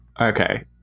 Okay